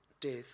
death